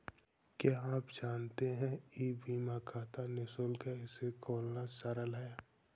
क्या आप जानते है ई बीमा खाता निशुल्क है, इसे खोलना सरल है?